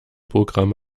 programm